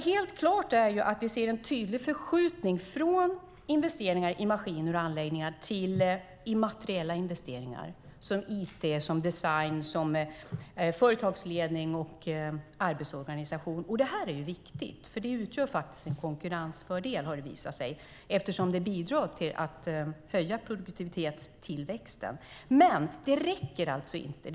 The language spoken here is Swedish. Helt klart är att vi ser en tydlig förskjutning från investeringar i maskiner och anläggningar till immateriella investeringar som it, design, företagsledning och arbetsorganisation. Det här är viktigt, för det utgör faktiskt en konkurrensfördel har det visat sig, eftersom det bidrar till att höja produktivitetstillväxten. Men det räcker alltså inte.